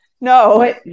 no